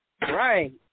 Right